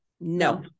No